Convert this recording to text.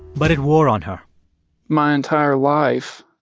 but it wore on her my entire life,